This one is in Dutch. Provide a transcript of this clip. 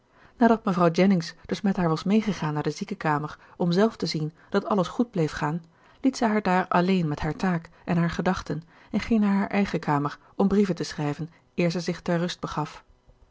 nadat mevrouw jennings dus met haar was meegegaan naar de ziekenkamer om zelf te zien dat alles goed bleef gaan liet zij haar daar alleen met hare taak en hare gedachten en ging naar haar eigen kamer om brieven te schrijven eer zij zich ter rust begaf